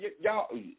y'all